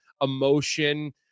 emotion